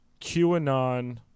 QAnon